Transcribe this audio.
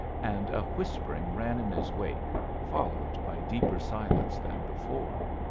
and a whispering ran in his wake followed by deeper silence than before.